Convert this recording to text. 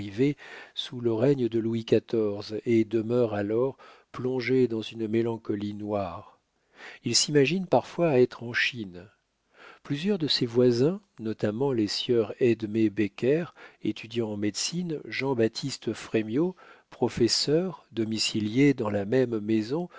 sous le règne de louis xiv et demeure alors plongé dans une mélancolie noire il s'imagine parfois être en chine plusieurs de ses voisins notamment les sieurs edme becker étudiant en médecine jean-baptiste frémiot professeur domiciliés dans la même maison